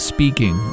Speaking